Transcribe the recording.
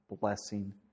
blessing